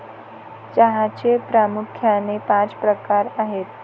चहाचे प्रामुख्याने पाच प्रकार आहेत